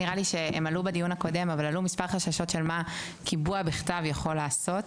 בדיון הקודם עלו כמה חששות מה קיבוע בכתב יכול לעשות.